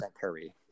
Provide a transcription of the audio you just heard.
Curry